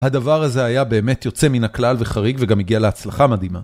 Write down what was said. הדבר הזה היה באמת יוצא מן הכלל וחריג וגם הגיע להצלחה מדהימה.